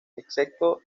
excepto